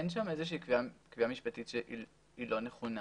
אין שם איזושהי קביעה משפטית שהיא לא נכונה.